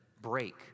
break